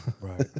Right